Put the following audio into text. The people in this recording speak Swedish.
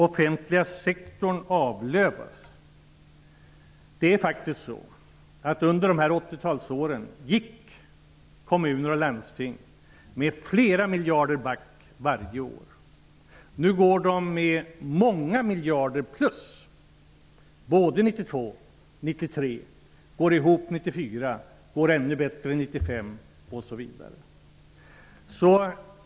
Offentliga sektorn avlövas, sades det här. Under 80-talet gick kommuner och landsting back med flera miljarder varje år. De gick med många miljarder plus 1992 och 1993. De går ihop 1994, och de går ännu bättre 1995.